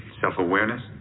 self-awareness